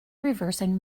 reversing